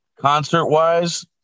Concert-wise